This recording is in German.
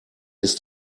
ist